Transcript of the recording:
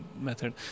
method